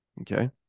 okay